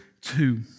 Two